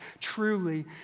truly